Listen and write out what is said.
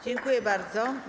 Dziękuję bardzo.